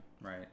right